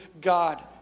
God